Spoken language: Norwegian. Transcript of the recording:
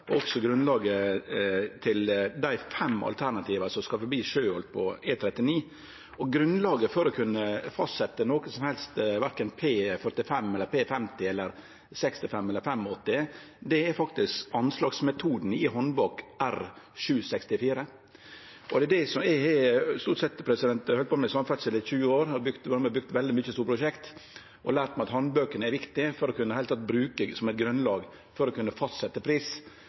til dei fem alternativa for E39 som skal forbi Sjøholt. Grunnlaget for å kunne fastsetje noko som helst – anten P45, P50, P65 eller P85 – er faktisk anslagsmetoden i Handbok R764. Eg har halde på med samferdsel i 20 år og vore med på å arbeide fram veldig mange store prosjekt, og eg har lært meg at handbøkene er viktige å bruke som eit grunnlag for å kunne fastsetje pris.